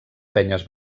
penyes